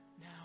Now